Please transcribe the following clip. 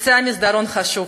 בקצה מסדרון חשוך,